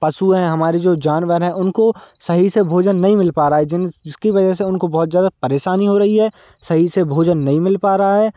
पशु हैं हमारी जो जानवर हैं उनको सही से भोजन नहीं मिल पा रहा है जिन जिसकी वजह से उनको बहुत ज्यादा परेशनी हो रही है सही से भोजन नहीं मिल पा रहा है